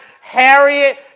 Harriet